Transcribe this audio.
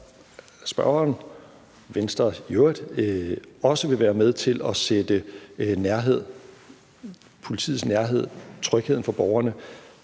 spørgeren og Venstre i øvrigt også vil være med til at sætte politiets nærhed og trygheden for borgerne